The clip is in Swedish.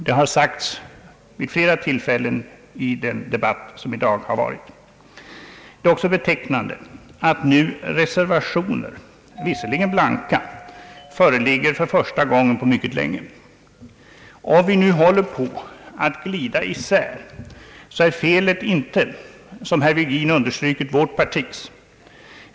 Det har sagts vid flera tillfällen under den debatt som förekommit i dag. Det är också betecknande att reservationer, visserligen blanka, föreligger för första gången på mycket länge. Om vi nu håller på att glida isär är felet inte — som herr Virgin har understrukit — vårt partis.